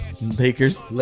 Lakers